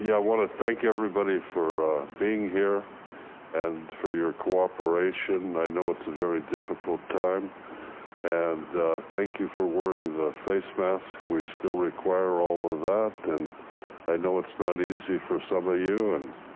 yeah i want to thank everybody for being here and for your cooperation. i know it's a very difficult time and thank you for wearing the face mask. we still require all of that. and i know it's not easy for some of you and